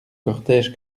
cortége